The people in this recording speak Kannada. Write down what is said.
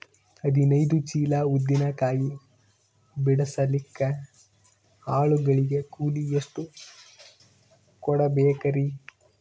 ಹದಿನೈದು ಚೀಲ ಉದ್ದಿನ ಕಾಯಿ ಬಿಡಸಲಿಕ ಆಳು ಗಳಿಗೆ ಕೂಲಿ ಎಷ್ಟು ಕೂಡಬೆಕರೀ?